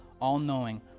all-knowing